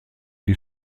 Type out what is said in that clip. die